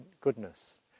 goodness